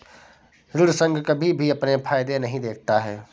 ऋण संघ कभी भी अपने फायदे नहीं देखता है